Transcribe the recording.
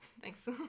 Thanks